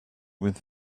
with